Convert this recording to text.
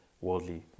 worldly